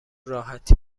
راحتی